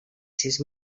sis